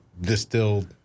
distilled